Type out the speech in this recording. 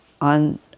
on